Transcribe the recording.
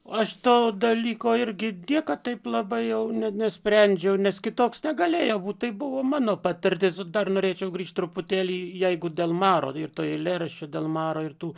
aš to dalyko ir gidė kad taip labai jau ne nesprendžiau nes kitoks negalėjo būt tai buvo mano patirtis dar norėčiau grįžt truputėlį jeigu dėl maro ir to eilėraščio dėl maro ir tų